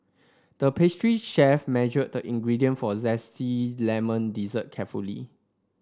the pastry chef measured the ingredient for a zesty lemon dessert carefully